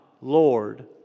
Lord